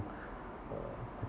uh